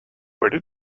where